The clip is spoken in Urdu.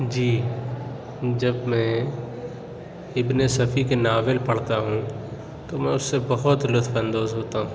جی جب میں اِبن صفی کے ناول پڑھتا ہوں تو میں اُس سے بہت لُطف اندوز ہوتا ہوں